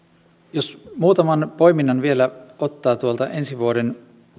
jos muutaman poiminnan vielä ottaa ensi vuoden